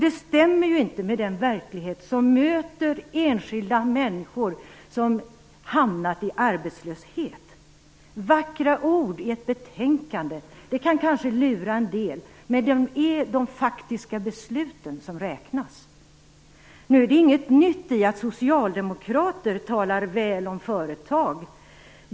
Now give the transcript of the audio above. Det stämmer inte heller med den verklighet som möter enskilda människor som hamnat i arbetslöshet. Vackra ord i ett betänkande kan kanske lura en del, men det är de faktiska besluten som räknas. Nu är det inget nytt i att socialdemokrater talar väl om företag.